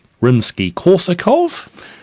Rimsky-Korsakov